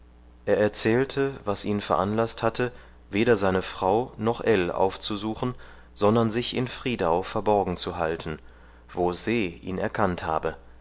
er erzählte was ihn veranlaßt hatte weder seine frau noch ell aufzusuchen sondern sich in friedau verborgen zu halten wo se ihn erkannt habe